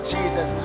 Jesus